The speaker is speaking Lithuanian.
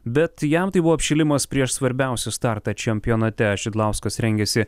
bet jam tai buvo apšilimas prieš svarbiausią startą čempionate šidlauskas rengiasi